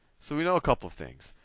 so we know a couple of things.